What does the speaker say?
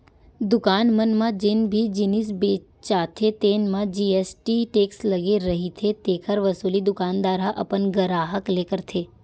दुकान मन म जेन भी जिनिस बेचाथे तेन म जी.एस.टी टेक्स लगे रहिथे तेखर वसूली दुकानदार ह अपन गराहक ले करथे